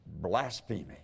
blasphemy